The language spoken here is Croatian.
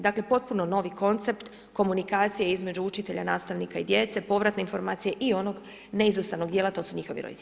Dakle potpuno novi koncept komunikacije između učitelja, nastavnika i djece, povratne informacije i onog neizostavnog djela a to su njihovi roditelji.